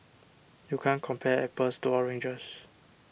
you can't compare apples to oranges